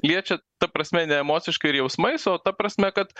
liečia ta prasme ne emociškai ir jausmais o ta prasme kad